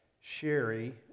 Sherry